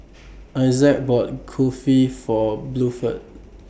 Issac bought Kulfi For Bluford